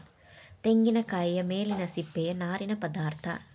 ತೆಂಗಿನಕಾಯಿಯ ಮೇಲಿನ ಸಿಪ್ಪೆಯ ನಾರಿನ ಪದಾರ್ಥ